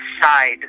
side